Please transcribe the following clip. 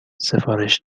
سفارش